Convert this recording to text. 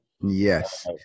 Yes